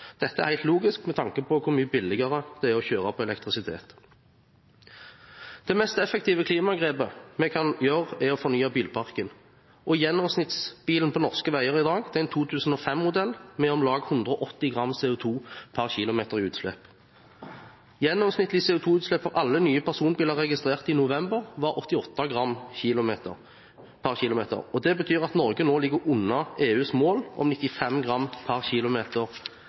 Dette er helt logisk med tanke på hvor mye billigere det er å kjøre på elektrisitet. Det mest effektive klimagrepet vi kan gjøre, er å fornye bilparken. Gjennomsnittsbilen på norske veier i dag er en 2005-modell med om lag 180 gram CO 2 per km i utslipp. Gjennomsnittlig CO 2 -utslipp for alle nye personbiler registrert i november, var 88 gram per km, og det betyr at Norge nå ligger under EUs mål om 95 gram per km